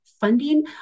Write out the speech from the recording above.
funding